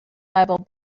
bible